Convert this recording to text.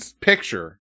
picture